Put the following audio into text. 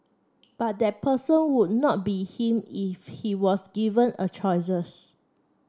but that person would not be him if he was given a choices